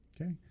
Okay